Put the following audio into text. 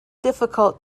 difficult